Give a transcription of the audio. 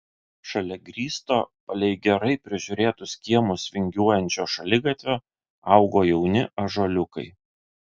šalia grįsto palei gerai prižiūrėtus kiemus vingiuojančio šaligatvio augo jauni ąžuoliukai